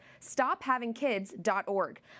stophavingkids.org